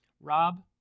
Rob